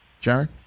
Jared